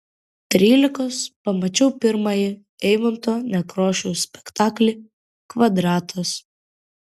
trylikos pamačiau pirmąjį eimunto nekrošiaus spektaklį kvadratas